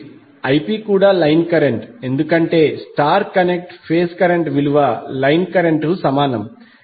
8° Ip కూడా line current ఎందుకంటే star connect phase current విలువ లైన్ కరెంట్కు సమానం